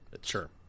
Sure